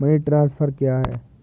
Money transfer क्या है?